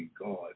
God